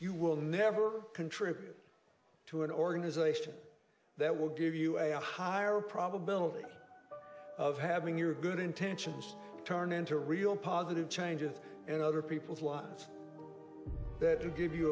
you will never contribute to an organization that will give you a higher probability of having your good intentions turn into real positive changes in other people's lives to give you